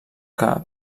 que